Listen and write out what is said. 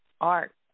art